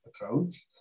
approach